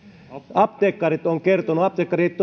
apteekkarit ovat kertoneet apteekkarit